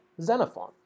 Xenophon